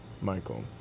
Michael